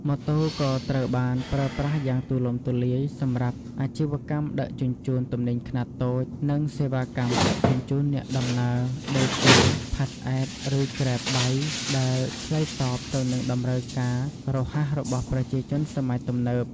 ម៉ូតូក៏ត្រូវបានប្រើប្រាស់យ៉ាងទូលំទូលាយសម្រាប់ អាជីវកម្មដឹកជញ្ជូនទំនិញខ្នាតតូច និង សេវាកម្មដឹកជញ្ជូនអ្នកដំណើរ ដូចជា PassApp ឬ Grab Bike ដែលឆ្លើយតបទៅនឹងតម្រូវការរហ័សរបស់ប្រជាជនសម័យទំនើប ។